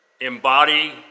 Embody